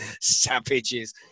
Savages